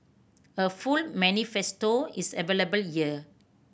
a full manifesto is available year